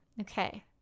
Okay